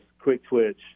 quick-twitch